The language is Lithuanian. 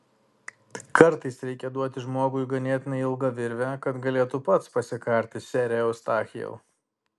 kartais reikia duoti žmogui ganėtinai ilgą virvę kad galėtų pats pasikarti sere eustachijau